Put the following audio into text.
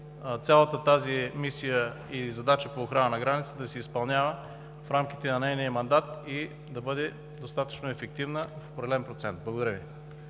цялата мисия и задачи по охрана на границата да се изпълняват в рамките на нейния мандат и да бъде достатъчно ефективно в определен процент. Благодаря Ви.